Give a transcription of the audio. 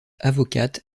avocate